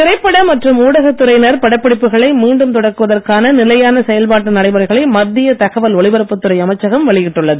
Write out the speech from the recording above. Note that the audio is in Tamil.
திரைப்பட மற்றும் ஊடகத் துறையினர் படப்பிடிப்புகளை மீண்டும் தொடக்குவதற்கான நிலையான செயல்பாட்டு நடைமுறைகளை மத்திய தகவல் ஒலிபரப்பு துறை அமைச்சகம் வெளியிட்டுள்ளது